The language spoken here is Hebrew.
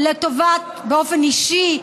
באופן אישי,